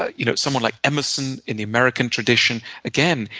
ah you know someone like emerson in the american tradition. again,